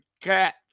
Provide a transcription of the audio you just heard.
cat